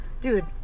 dude